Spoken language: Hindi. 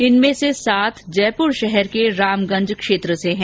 इनमें से सात जयपुर शहर के रामगंज क्षेत्र से हैं